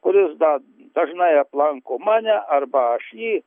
kuris dar dažnai aplanko mane arba aš jį